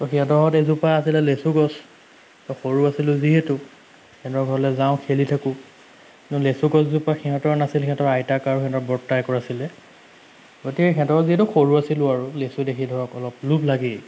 তো সিহঁতৰ ঘৰত এজোপা আছিলে লেচু গছ মই সৰু আছিলোঁ যিহেতু সিহঁতৰ ঘৰলে যাওঁ খেলি থাকোঁ কিন্তু লেচু গছজোপা সিহঁতৰ নাছিলে সিহঁতৰ আইতাকৰ আৰু সিহঁতৰ বৰ্তায়েকৰ আছিলে গতিকে সিহঁতৰ যিহেতু সৰু আছিলোঁ আৰু লেচু দেখি ধৰক অলপ লোভ লাগেই